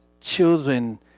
children